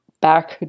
back